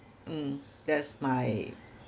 mm that's my